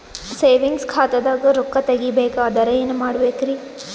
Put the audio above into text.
Savings ಖಾತಾದಾಗ ರೊಕ್ಕ ತೇಗಿ ಬೇಕಾದರ ಏನ ಮಾಡಬೇಕರಿ?